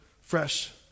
fresh